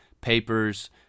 papers